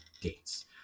dates